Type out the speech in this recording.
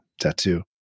tattoo